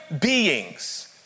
beings